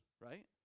right